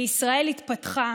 בישראל התפתחה